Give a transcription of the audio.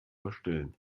verstellen